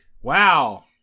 Wow